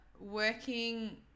working